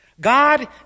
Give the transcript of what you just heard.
God